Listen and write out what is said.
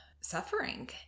suffering